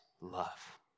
love